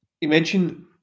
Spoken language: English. Imagine